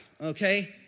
okay